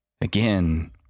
Again